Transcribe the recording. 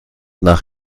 nach